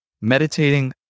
meditating